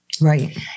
Right